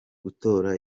gutora